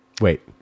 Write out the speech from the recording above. Wait